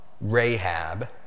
Rahab